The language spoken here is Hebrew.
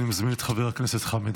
אני מזמין את חבר הכנסת חמד